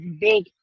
big